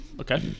Okay